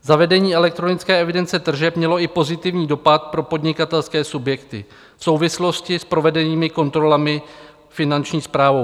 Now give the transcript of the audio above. Zavedení elektronické evidence tržeb mělo i pozitivní dopad pro podnikatelské subjekty v souvislosti s provedenými kontrolami Finanční správou.